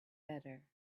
better